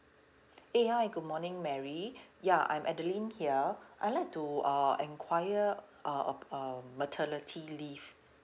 eh hi good morning mary ya I'm adeline here uh I'd like to uh enquire uh ab~ uh maternity leave